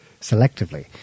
selectively